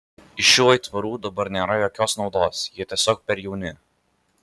iš šių aitvarų dabar nėra jokios naudos jie tiesiog per jauni